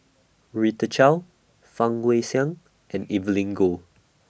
Rita Chao Fang Guixiang and Evelyn Goh